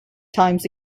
times